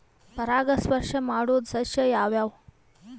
ಪರಾಗಸ್ಪರ್ಶ ಮಾಡಾವು ಸಸ್ಯ ಯಾವ್ಯಾವು?